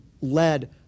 led